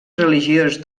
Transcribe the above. religiós